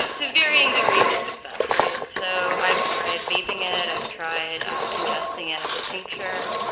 to varying degrees of success, right? so i've tried vaping it. i've tried ah ingesting it as a tincture.